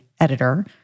editor